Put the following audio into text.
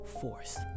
force